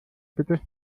bitte